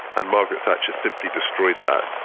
and margaret thatcher simply destroyed that.